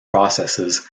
processes